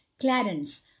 clarence